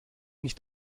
nicht